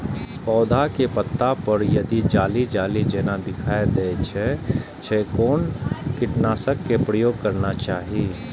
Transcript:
पोधा के पत्ता पर यदि जाली जाली जेना दिखाई दै छै छै कोन कीटनाशक के प्रयोग करना चाही?